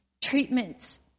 treatments